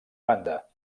banda